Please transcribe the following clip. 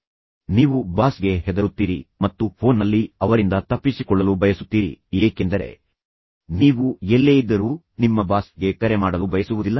ನೀವು ಕೇವಲ ನಿಮ್ಮ ಬಾಸ್ ಗೆ ಹೆದರುತ್ತೀರಿ ಮತ್ತು ನಂತರ ನೀವು ಫೋನ್ ನಲ್ಲಿ ಅವರಿಂದ ತಪ್ಪಿಸಿಕೊಳ್ಳಲು ಬಯಸುತ್ತೀರಿ ಏಕೆಂದರೆ ನೀವು ಎಲ್ಲೇ ಇದ್ದರೂ ನಿಮ್ಮ ಬಾಸ್ ಗೆ ಕರೆ ಮಾಡಲು ಬಯಸುವುದಿಲ್ಲ